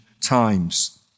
times